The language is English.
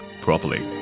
properly